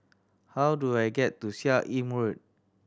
how do I get to Seah Im Road